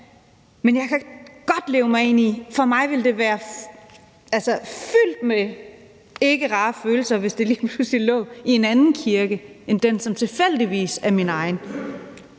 Men jeg kan godt leve mig ind i det. For mig ville det være fyldt med ikke rare følelser, hvis det lige pludselig lå i en anden kirke end den, som tilfældigvis er min egen,